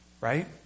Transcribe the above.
right